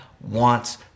wants